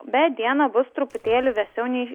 bet dieną bus truputėlį vėsiau nei